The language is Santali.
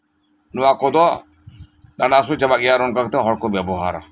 ᱱᱚᱶᱟ ᱠᱚᱫᱚ ᱰᱟᱸᱰᱟ ᱦᱟᱥᱩ ᱪᱟᱵᱟᱜ ᱜᱮᱭᱟ ᱚᱝᱠᱟ ᱠᱟᱛᱮᱫ ᱦᱚᱲ ᱠᱚ ᱵᱮᱵᱚ ᱦᱟᱨᱟ